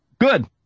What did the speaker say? Good